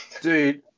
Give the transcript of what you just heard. Dude